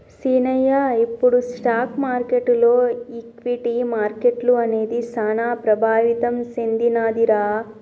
సీనయ్య ఇప్పుడు స్టాక్ మార్కెటులో ఈక్విటీ మార్కెట్లు అనేది సాన ప్రభావితం సెందినదిరా